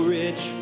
rich